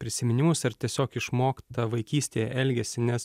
prisiminimus ar tiesiog išmoktą vaikystėj elgesį nes